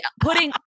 putting